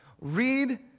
Read